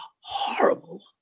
horrible